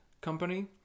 company